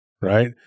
right